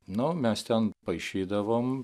nu mes ten paišydavom